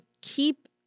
keep